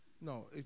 No